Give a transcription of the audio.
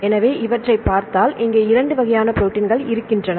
எனவே இவற்றை பார்த்தால் இங்கே 2 வகையான ப்ரோடீன்கள் இருக்கின்றன